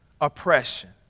oppression